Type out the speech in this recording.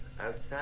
outside